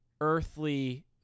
earthly